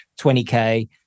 20k